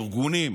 ארגונים